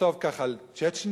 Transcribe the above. לכתוב כך על צ'צ'ניה.